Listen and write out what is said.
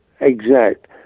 exact